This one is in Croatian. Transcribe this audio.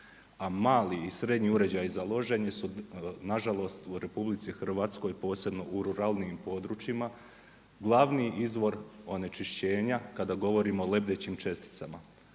a mali i srednji uređaji za loženje su nažalost u RH, posebno u ruralnim područjima glavni izvor onečišćenja kada govorimo o lebdećim česticama,